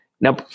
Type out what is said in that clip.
Now